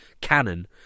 canon